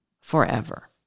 forever